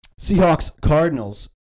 Seahawks-Cardinals